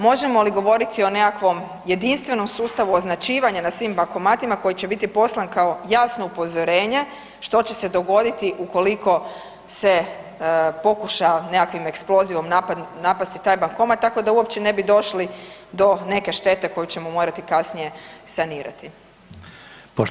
Možemo li govoriti o nekakvom jedinstvenom sustavu označivanja na svim bankomatima koji će biti poslan kao jasno upozorenje što će se dogoditi ukoliko se pokuša nekakvim eksplozivom napasti taj bankomat tako da uopće ne bi došli do neke štete koju ćemo morati kasnije sanirati.